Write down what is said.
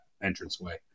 entranceway